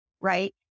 Right